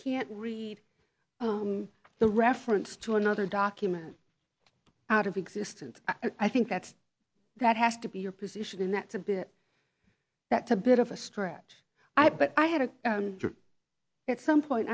can't read on the reference to another document out of existence i think that that has to be your position and that's a bit back to bit of a stretch i but i had a trip at some point